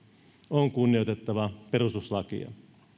on kunnioitettava perustuslakia